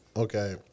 Okay